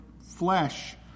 flesh